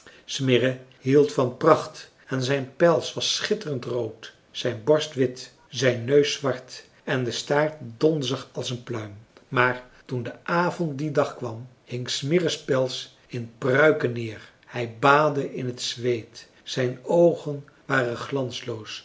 smirre hield van pracht en zijn pels was schitterend rood zijn borst wit zijn neus zwart en de staart donzig als een pluim maar toen de avond dien dag kwam hing smirre's pels in pruiken neer hij baadde in t zweet zijn oogen